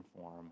form